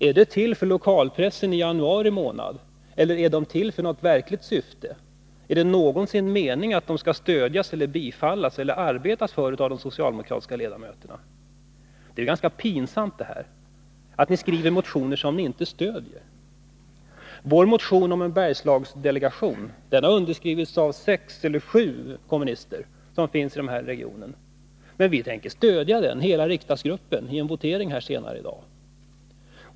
Är de till för den lokala pressen i januari månad, eller är de till för något verkligt syfte? Är det meningen att de någonsin skall stödjas eller bifallas eller arbetas för av de socialdemokratiska ledamöterna? Det är ganska pinsamt att ni skriver motioner som ni inte stödjer. Vår motion om en Bergslagsdelegation har underskrivits av bara sex eller sju kommunister från regionen. Men vi tänker stödja den, hela riksdagsgruppen, i en votering senare.